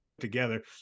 together